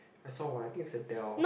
I saw one I think it's a Dell